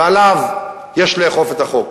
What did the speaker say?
ועליו יש לאכוף את החוק.